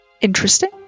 Interesting